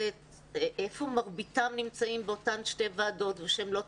איפה מרביתם נמצאים באותן שתי ועדות ושהן לא תחפופנה.